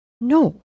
No